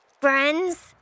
Friends